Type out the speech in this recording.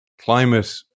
Climate